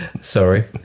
Sorry